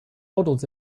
models